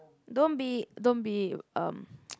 don't be don't be um